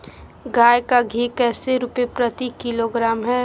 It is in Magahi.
गाय का घी कैसे रुपए प्रति किलोग्राम है?